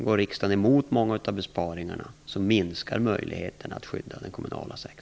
Går riksdagen emot många av besparingarna, minskar möjligheterna att skydda den kommunala sektorn.